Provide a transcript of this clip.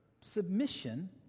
submission